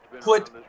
put